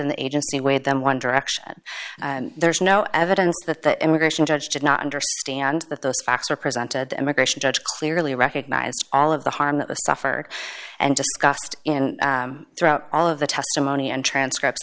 in the agency weighed them one direction and there's no evidence that the immigration judge did not understand that those facts are presented immigration judge clearly recognized all of the harm they suffered and discussed in throughout all of the testimony and transcripts